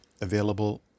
available